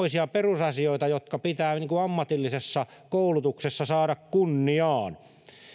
ovat semmoisia perusasioita jotka pitää ammatillisessa koulutuksessa saada kunniaan